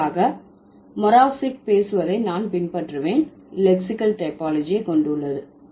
இதற்காக மொராவ்சிக் பேசுவதை நான் பின்பற்றுவேன் லெக்சிகல் டைபாலஜி கொண்டுள்ளது